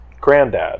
granddad